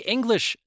English